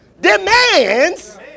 demands